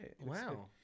Wow